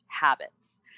habits